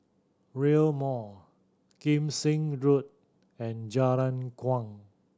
Rail Mall Kim Seng Road and Jalan Kuang